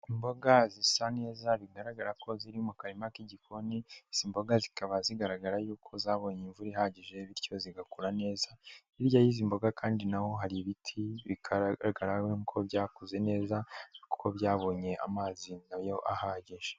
Imboga zisa neza bigaragara ko ziri mu karima k'igikoni, izi mboga zikaba zigaragara yuko zabonye imvura ihagije bityo zigakura neza, hirya y'izi mboga kandi na ho hari ibiti bigaragara ko byakoze neza kuko byabonye amazi nayo ahagije.